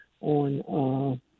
on